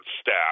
Stack